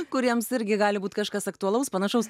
kuriems irgi gali būt kažkas aktualaus panašaus